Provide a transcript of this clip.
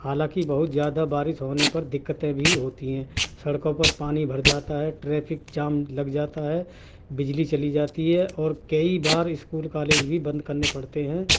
حالانکہ بہت زیادہ بارش ہونے پر دقتیں بھی ہوتی ہیں سڑکوں پر پانی بھر جاتا ہے ٹریفک جام لگ جاتا ہے بجلی چلی جاتی ہے اور کئی بار اسکول کالج بھی بند کرنے پڑتے ہیں